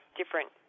different